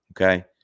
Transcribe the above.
okay